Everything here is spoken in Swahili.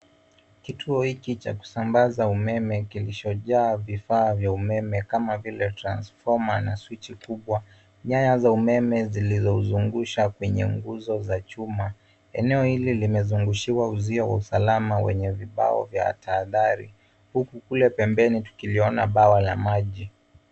Kituo hiki cha kusambaza umeme kilishajaa vifaa vya umeme kama vile transfoma na switch kubwa. Nyaya za umeme zilizozungushwa kwenye nguzo za chuma. Eneo hili limezungushiwa uzio wa usalama wenye vibao vya tahadhari huku kule pembeni tukiliona bwawa la maji.